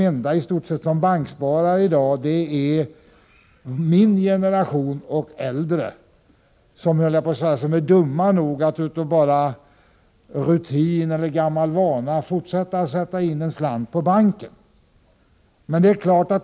I stort sett är min generation och de som är äldre — sådana som är ”dumma nog” att av gammal vana fortsätta sätta in en slant på banken — de enda som banksparar i dag.